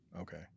Okay